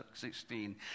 16